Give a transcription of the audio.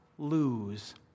lose